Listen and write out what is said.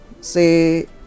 Say